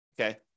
okay